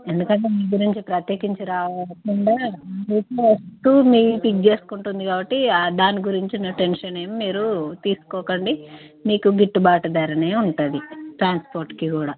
ఎందుకంటే మీ గురించే ప్రత్యేకించి రాకుండా మీ వస్తువుని పిక్ చేసుకుంటుంది కాబట్టి ఆ దాన్ని గురించే టెన్షన్ ఏమీ మీరు తీసుకోకండి మీకు గిట్టుబాటు ధరనే ఉంటుంది ట్రాన్స్పోర్ట్కి కూడా